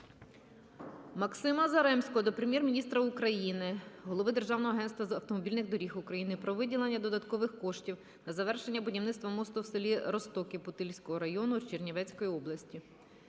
Максима Заремського до Прем'єр-міністра України, Голови Державного агентства автомобільних доріг України про виділення додаткових коштів на завершення будівництва мосту в селі Розтоки Путильського району Чернівецької області.